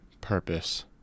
purpose